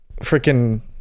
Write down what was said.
Freaking